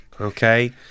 Okay